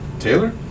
Taylor